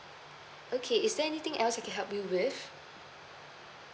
okay is there anything else I can help you with